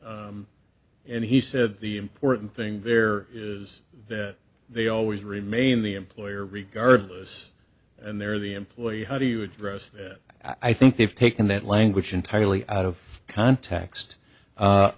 and he said the important thing there is that they always remain the employer regardless and they're the employee how do you address that i think they've taken that language entirely out of context